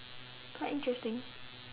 quite interesting